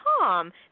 Tom